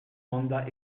mandat